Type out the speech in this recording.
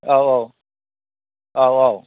औ औ औ औ